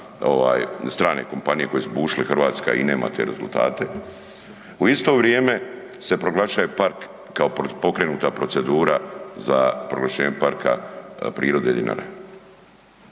strane kompanije koje su bušile, Hrvatska i nema te rezultate. U isto vrijeme se proglašaje park kao pokrenuta procedura za proglašenje parka prirode Dinara.